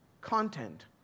Content